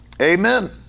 amen